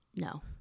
No